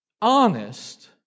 honest